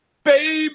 Baby